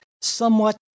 somewhat